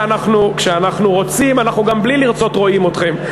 כשאנחנו רוצים גם בלי לרצות אנחנו רואים אתכם.